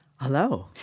Hello